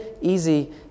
easy